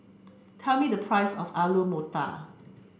tell me the price of Alu Matar